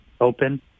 open